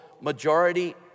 majority